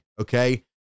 okay